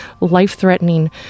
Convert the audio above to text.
life-threatening